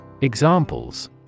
Examples